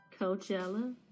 Coachella